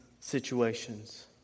situations